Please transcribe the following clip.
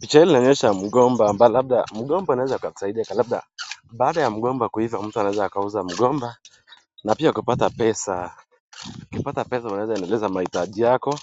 Picha hili linaonyesha mgomba ambalo labda mgomba inaweza kusaidia labda. Baada ya mgomba kuiva mtu anaweza kuuza mgomba na pia kupata pesa. Ukipata pesa unaweza endeleza mahitaji yako,